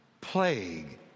plague